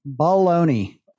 Baloney